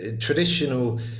traditional